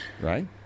Right